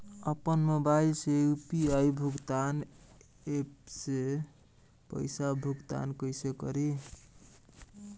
आपन मोबाइल से यू.पी.आई भुगतान ऐपसे पईसा भुगतान कइसे करि?